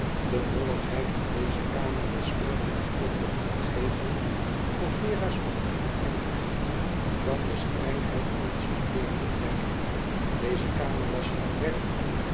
de molligheid van deze kamer was meer de natuurlijke omgeving voor vera's morbide tengerheid dan de stengheid van het studeervertrek deze kamer was langwerpig